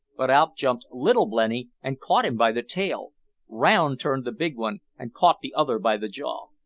but out jumped little blenny and caught him by the tail round turned the big one and caught the other by the jaw.